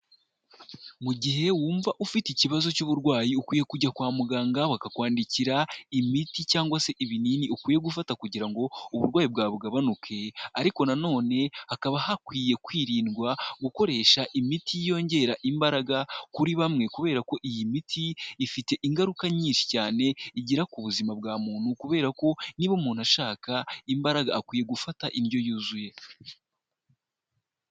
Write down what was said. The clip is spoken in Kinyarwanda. Mu gihe wumva ufite ikibazo cy'uburwayi, ukwiye kujya kwa muganga bakakwandikira imiti cyangwa se ibinini ukwiye gufata kugira ngo uburwayi bwawe bugabanuke, ariko nanone hakaba hakwiye kwirindwa gukoresha imiti yongera imbaraga kuri bamwe, kubera ko iyi miti ifite ingaruka nyinshi cyane igira ku buzima bwa muntu kubera ko niba umuntu ashaka imbaraga akwiye gufata indyo yuzuye.